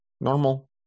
normal